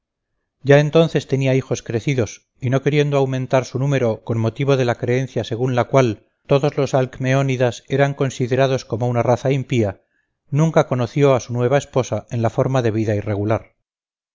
ya entonces tenía hijos crecidos y no queriendo aumentar su número con motivo de la creencia según la cual lodos los alcmeónidas eran considerados como una raza impía nunca conoció a su nueva esposa en la forma debida y regular